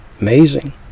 Amazing